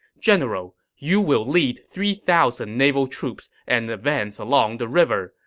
general, you will lead three thousand naval troops and advance along the river.